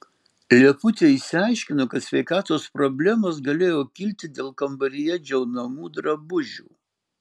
lieputė išsiaiškino kad sveikatos problemos galėjo kilti dėl kambaryje džiaunamų drabužių